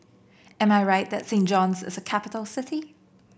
am I right that Saint John's is a capital city